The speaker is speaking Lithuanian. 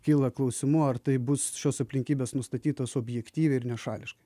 kyla klausimų ar tai bus šios aplinkybės nustatytos objektyviai ir nešališkai